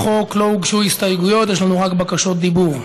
לחוק לא הוגשו הסתייגויות, יש לנו רק בקשות דיבור.